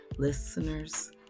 Listeners